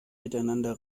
miteinander